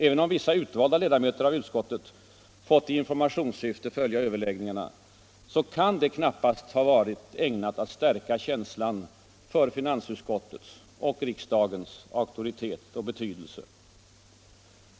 Även om vissa utvalda ledamöter av utskottet i informativt syfte fått följa överläggningarna, kan detta näppeligen ha varit ägnat att stärka känslan för finansutskottets —- och riksdagens — auktoritet och betydelse.